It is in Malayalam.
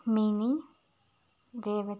മിനി രേവതി